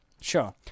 Sure